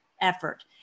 effort